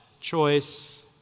choice